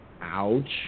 Ouch